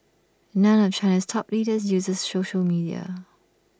none of China's top leaders uses social media